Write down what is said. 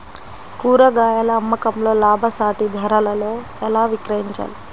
కూరగాయాల అమ్మకంలో లాభసాటి ధరలలో ఎలా విక్రయించాలి?